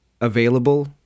available